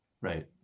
Right